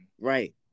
Right